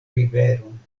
riveron